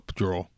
draw